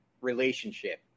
relationship